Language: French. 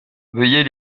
veuillez